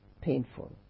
painful